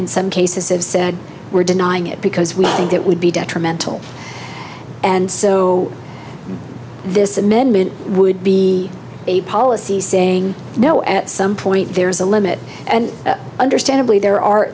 in some cases have said we're denying it because we think that would be detrimental and so this amendment would be a policy saying no at some point there's a limit and understandably there are